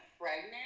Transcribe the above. pregnant